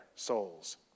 Souls